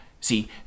See